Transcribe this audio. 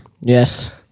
Yes